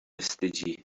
wstydzi